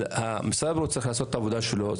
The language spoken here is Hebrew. שמשרד הבריאות יעשה את העבודה שלו,